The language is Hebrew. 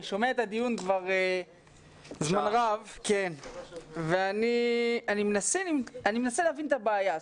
אני שומע את הדיון כבר זמן רב ואני מנסה להבין את הבעיה.